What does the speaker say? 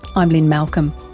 i'm lynne malcolm.